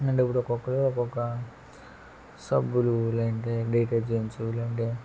అంటే ఇప్పుడు ఒక్కొక్కరు ఒక్కొక్క సబ్బులు లేదంటే డిటర్జెంట్స్ లేదంటే